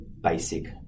basic